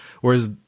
Whereas